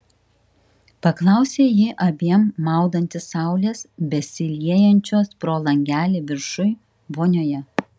paklausė ji abiem maudantis saulės besiliejančios pro langelį viršuj vonioje